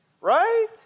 right